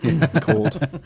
Cold